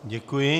Děkuji.